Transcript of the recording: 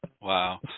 Wow